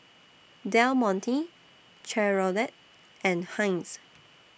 Del Monte Chevrolet and Heinz